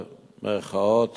במירכאות